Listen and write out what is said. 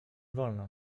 wolno